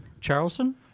Charleston